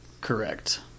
Correct